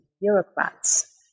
bureaucrats